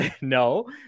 no